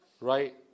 right